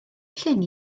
llyn